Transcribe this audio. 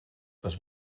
les